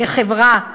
כחברה,